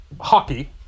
hockey